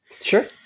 Sure